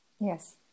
Yes